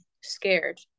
scared